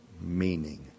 meaning